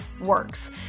works